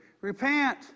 Repent